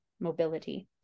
mobility